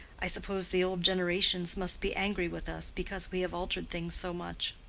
i suppose the old generations must be angry with us because we have altered things so much.